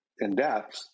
in-depth